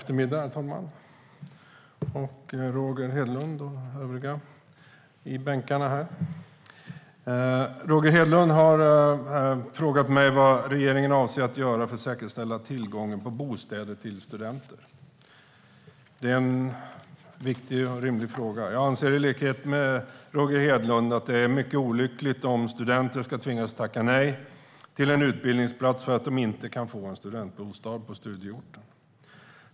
Herr talman, Roger Hedlund och övriga i bänkarna! God eftermiddag! Roger Hedlund har frågat mig vad regeringen avser att göra för att säkerställa tillgången på bostäder till studenter. Det är en viktig och rimlig fråga. Jag anser i likhet med Roger Hedlund att det är mycket olyckligt om studenter ska tvingas tacka nej till en utbildningsplats för att de inte kan få en studentbostad på studieorten.